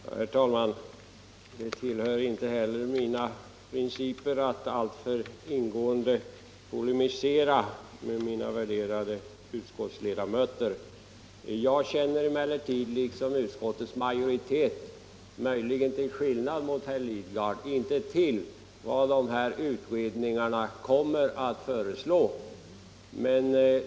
Herr talman! Det tillhör inte heller mina principer att alltför ingående polemisera med mina värderade utskottskamrater. Jag känner emellertid liksom utskottets majoritet — möjligen till skillnad mot herr Lidgard — inte till vad utredningarna i fråga kommer att föreslå.